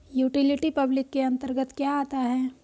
Utility public के अंतर्गत क्या आता है?